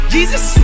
Jesus